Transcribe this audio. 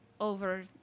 Over